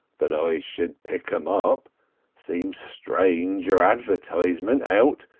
that i should pick em up seems strange your advertisement out,